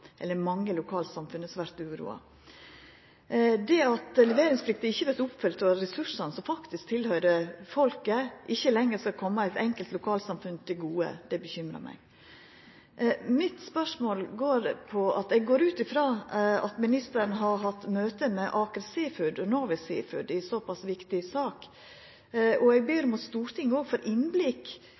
Det at leveringsplikta ikkje vert oppfylt og ressursane som faktisk høyrer til folket, ikkje lenger skal koma eit enkelt lokalsamfunn til gode, bekymrar meg. Mitt spørsmål går på at eg går ut frå at ministeren har hatt møte med Aker Seafoods og Norway Seafoods i ei såpass viktige sak, og eg ber om at Stortinget får innblikk